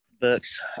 books